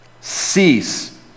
Cease